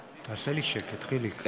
תעשה לי שקט, חיליק.